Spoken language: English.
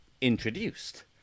introduced